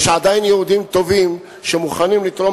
יש עדיין יהודים טובים שמוכנים לתרום